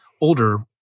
older